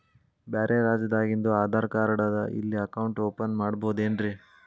ಬ್ಯಾರೆ ರಾಜ್ಯಾದಾಗಿಂದು ಆಧಾರ್ ಕಾರ್ಡ್ ಅದಾ ಇಲ್ಲಿ ಅಕೌಂಟ್ ಓಪನ್ ಮಾಡಬೋದೇನ್ರಿ?